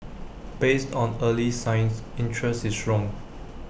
based on early signs interest is strong